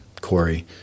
Corey